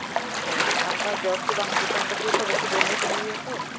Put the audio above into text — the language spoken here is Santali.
ᱚᱻ ᱟᱨ ᱚᱝᱠᱟ ᱡᱚᱨ ᱠᱚ ᱵᱟᱝ ᱦᱤᱡᱩᱜ ᱠᱟᱱ ᱛᱟᱠᱚᱣᱟ ᱛᱚ ᱵᱟᱠᱚ ᱵᱚᱢᱤ ᱴᱚᱢᱤᱭᱮᱫᱟ ᱛᱚ